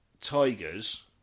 tigers